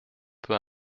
peu